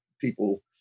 people